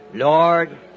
Lord